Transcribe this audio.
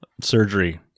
surgery